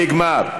נגמר.